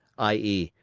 i e,